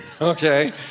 Okay